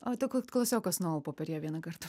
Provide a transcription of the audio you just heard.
oi tai kad klasiokas nualpo per ją vieną kartą